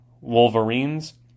Wolverines